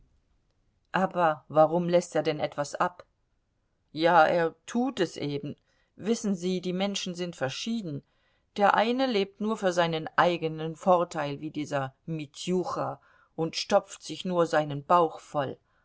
aber warum läßt er denn etwas ab ja er tut es eben wissen sie die menschen sind verschieden der eine lebt nur für seinen eigenen vorteil wie dieser mitjucha und stopft sich nur seinen bauch voll